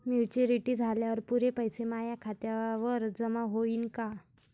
Maturity झाल्यावर पुरे पैसे माया खात्यावर जमा होईन का?